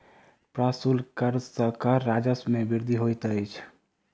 प्रशुल्क कर सॅ कर राजस्व मे वृद्धि होइत अछि